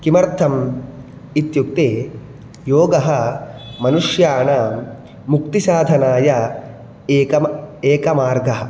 किमर्थम् इत्युक्ते योगः मनुष्याणां मुक्ति साधनाय एक एकः मार्गः